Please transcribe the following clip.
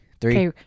Three